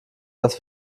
dass